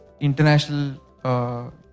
international